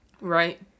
Right